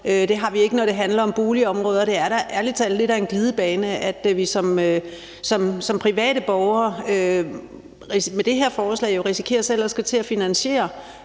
Det har vi ikke, når det handler om boligområder, og det er da ærlig talt lidt af en glidebane, at vi som private borgere med det her forslag risikerer selv at skulle til at finansiere